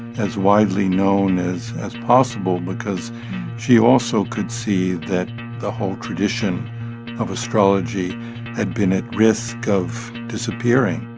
as widely known as as possible. because she also could see that the whole tradition of astrology had been at risk of disappearing.